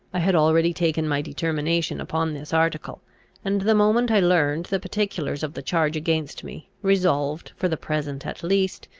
i had already taken my determination upon this article and the moment i learned the particulars of the charge against me, resolved, for the present at least,